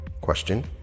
question